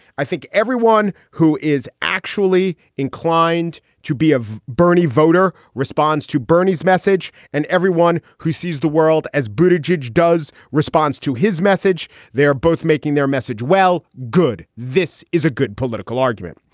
i think everyone who is actually inclined to be a bernie voter responds to bernie's message, and everyone who sees the world as bruited jej does responds to his message. they're both making their message. well, good. this is a good political argument.